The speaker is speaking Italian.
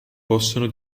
possono